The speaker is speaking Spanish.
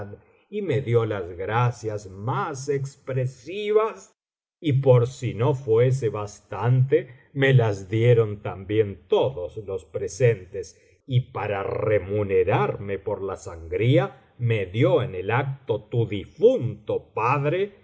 y me dio las gracias más expresivas y por si no fuese bastante me las dieron también todos los presentes y para remunerarme por la sangría me dio en el acto tu difunto padre